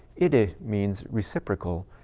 it it means reciprocal.